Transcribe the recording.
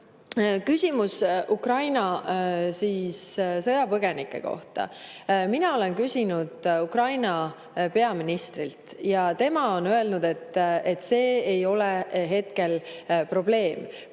küsimus Ukraina sõjapõgenike kohta. Mina olen küsinud Ukraina peaministrilt ja tema on öelnud, et see ei ole hetkel probleem.